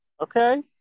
Okay